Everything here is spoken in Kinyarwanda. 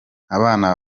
abana